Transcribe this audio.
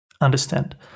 Understand